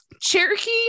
Cherokee